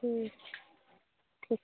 ठीक ठीक